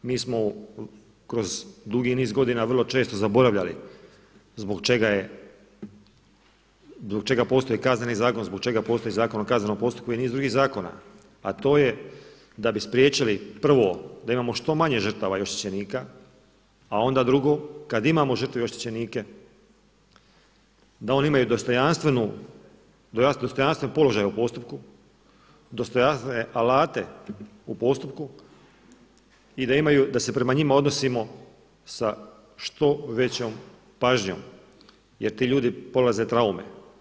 Mi smo kroz dugi niz godina vrlo često zaboravljali zbog čega postoji Kaznenih zakon, zbog čega postoji ZKP i niz drugih zakona a to je da bi spriječili, prvo da imamo što manje žrtava i oštećenika a onda drugo kada imamo žrtve i oštećenike, da oni imaju dostojanstvenu, jedan dostojanstven položaj u postupku, dostojanstvene alate u postupku i da imaju, da se prema njima odnosima sa što većom pažnjom jer ti ljudi prolaze traume.